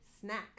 snack